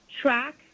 track